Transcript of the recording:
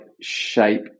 shape